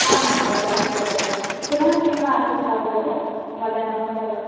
आम् अग्रज अस्तु अग्रज पुनः किं वा आसीत् वा अग्रज वदन्तु सर्वम्